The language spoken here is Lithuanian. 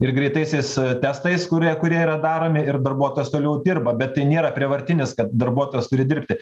ir greitaisiais testais kurie kurie yra daromi ir darbuotojas toliau dirba bet tai nėra prievartinis kad darbuotojas turi dirbti